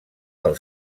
del